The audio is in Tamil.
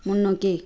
முன்னோக்கி